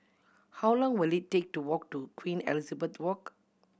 how long will it take to walk to Queen Elizabeth Walk